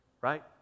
right